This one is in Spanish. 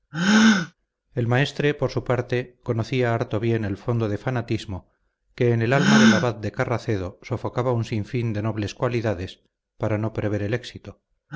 el maestre por su parte conocía harto bien el fondo de fanatismo que en el alma del abad de carracedo sofocaba un sinfín de nobles cualidades para no prever el éxito